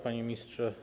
Panie Ministrze!